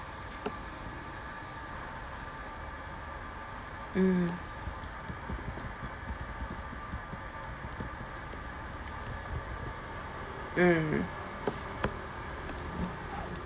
mm mm